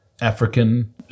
African